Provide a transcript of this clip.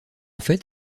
fait